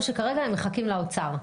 אמרו שכרגע הם מחכים לאוצר.